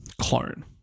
clone